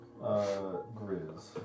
Grizz